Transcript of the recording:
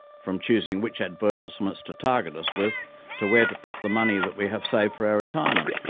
from choosing which advertisements to target us with to where to put the money that we have saved for our retirement.